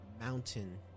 mountain